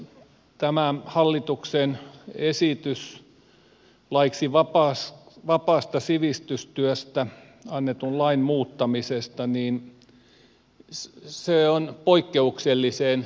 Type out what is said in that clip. tämä hallituksen esitys laiksi vapaasta sivistystyöstä annetun lain muuttamisesta on poikkeuksellisen merkittävä